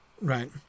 right